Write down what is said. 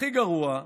הכי גרוע,